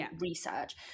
research